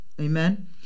Amen